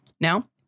Now